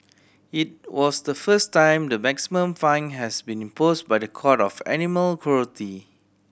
it was the first time the maximum fine has been imposed by the court of animal cruelty